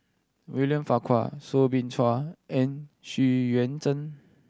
William Farquhar Soo Bin Chua and Xu Yuan Zhen